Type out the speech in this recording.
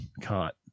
caught